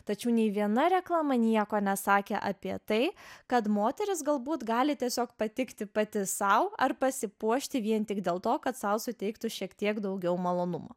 tačiau nei viena reklama nieko nesakė apie tai kad moteris galbūt gali tiesiog patikti pati sau ar pasipuošti vien tik dėl to kad sau suteiktų šiek tiek daugiau malonumo